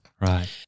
Right